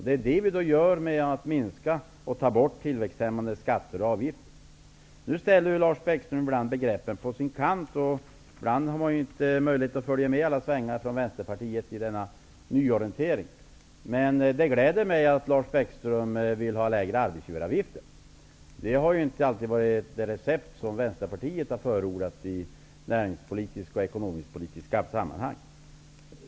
Det gör vi med att minska och ta bort tillväxthämmande skatter och avgifter. Nu ställer Lars Bäckström begreppen ibland på sin kant. Det är inte alltid möjligt att följa med i alla svängningar från Vänsterpartiet i denna nyorientering. Det gläder mig att Lars Bäckström vill ha lägre arbetsgivaravgifter. Det har inte alltid varit det recept som Vänsterpartiet har förordat i näringspolitiska och ekonomisk-politiska sammanhang.